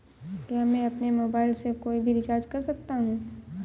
क्या मैं अपने मोबाइल से कोई भी रिचार्ज कर सकता हूँ?